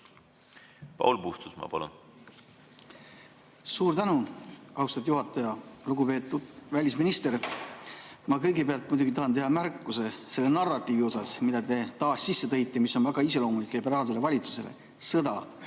planeerib seda. Suur tänu, austatud juhataja! Lugupeetud välisminister! Ma kõigepealt muidugi tahan teha märkuse selle narratiivi kohta, mille te taas sisse tõite ja mis on väga iseloomulik liberaalsele valitsusele. Sõda